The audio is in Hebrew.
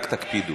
רק תקפידו,